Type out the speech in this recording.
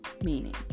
Meaning